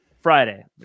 Friday